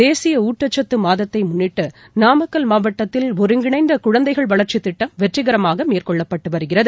தேசியஊட்டச்சத்தமாதத்தைமுன்னிட்டு நாமக்கல் மாவட்டத்தில் ஒருங்கிணைந்தகுழந்தைகள் வளர்ச்சிதிட்டம் வெற்றிகரமாகமேற்கொள்ளப்பட்டுவருகிறது